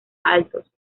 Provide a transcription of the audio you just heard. altos